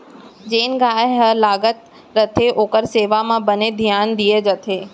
जेन गाय हर लागत रथे ओकर सेवा म बने धियान दिये जाथे